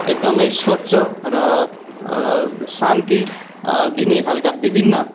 एकदमै स्वच्छ र शान्ति दिने खालका विभिन्न